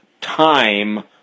time